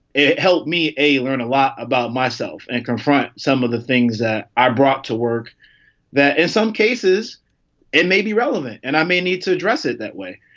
it helped me a learn a lot about myself and confront some of the things that i brought to work that in some cases it may be relevant and i may need to address it that way.